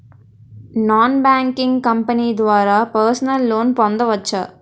Non banking company ద్వారా personal loan పొందవచ్చా?